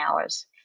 hours